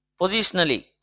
positionally